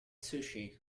sushi